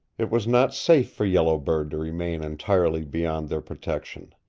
it was not safe for yellow bird to remain entirely beyond their protection.